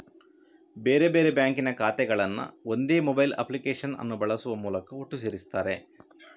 ಬೇರೆ ಬೇರೆ ಬ್ಯಾಂಕಿನ ಖಾತೆಗಳನ್ನ ಒಂದೇ ಮೊಬೈಲ್ ಅಪ್ಲಿಕೇಶನ್ ಅನ್ನು ಬಳಸುವ ಮೂಲಕ ಒಟ್ಟು ಸೇರಿಸ್ತಾರೆ